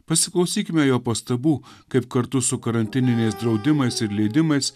pasiklausykime jo pastabų kaip kartu su karantininiais draudimais ir leidimais